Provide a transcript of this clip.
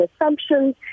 assumptions